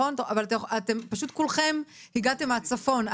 אבל פשוט כולכם הגעתם מהצפון.